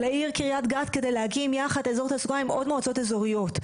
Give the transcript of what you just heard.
לעיר קרית גת כדי להקים יחד איזור תעסוקה עם עוד מועצות איזוריות.